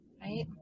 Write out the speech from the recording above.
right